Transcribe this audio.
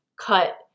cut